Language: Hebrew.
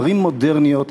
ערים מודרניות,